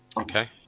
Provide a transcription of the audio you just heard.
Okay